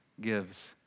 gives